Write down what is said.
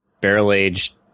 barrel-aged